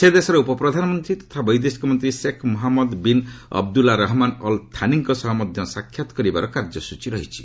ସେ ଦେଶର ଉପପ୍ରଧାନମନ୍ତ୍ରୀ ତଥା ବୈଦେଶିକ ମନ୍ତ୍ରୀ Sheikh Mohammed bin Abdulla Rahman Al ଥାନିଙ୍କ ସହ ମଧ୍ୟ ସାକ୍ଷାତ୍ କରିବାର କାର୍ଯ୍ୟସୂଚୀ ରହିଛି